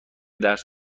درس